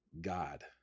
God